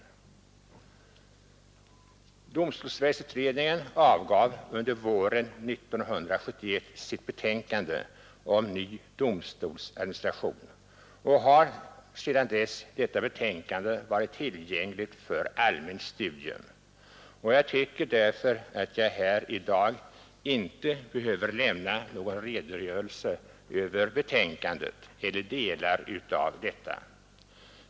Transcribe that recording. Domstolsverksutredningen avgav under våren 1971 sitt betänkande om ny domstolsad ministration, och detta betänkande har sedan dess varit tillgängligt för allmänt studium. Jag behöver därför inte lämna någon redogörelse för betänkandet eller delar av detsamma.